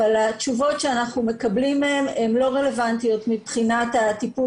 אבל התשובות שאנחנו מקבלים מהם הן לא רלוונטיות מבחינת הטיפול